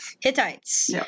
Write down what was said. Hittites